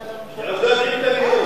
הם עוד לא יודעים את הנאום.